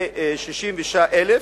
זה 66,000,